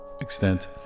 extent